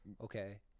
okay